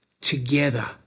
Together